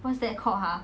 what's that called ha